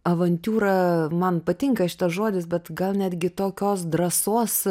avantiūra man patinka šitas žodis bet gal netgi tokios drąsos